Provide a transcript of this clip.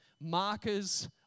markers